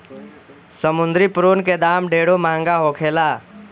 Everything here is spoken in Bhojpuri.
समुंद्री प्रोन के दाम ढेरे महंगा होखेला